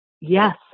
Yes